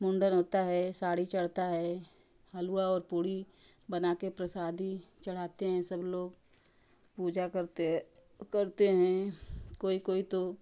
मुंडन होता है साड़ी चढ़ता है हलवा और पूड़ी बनाके प्रसादी चढ़ाते हैं सब लोग पूजा करते हैं करते हैं कोई कोई तो